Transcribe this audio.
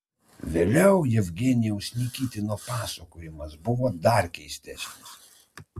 vėliau jevgenijaus nikitino pasakojimas buvo dar keistesnis